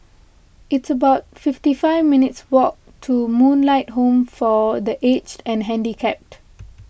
it's about fifty five minutes' walk to Moonlight Home for the Aged and Handicapped